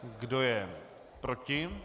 Kdo je proti?